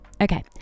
okay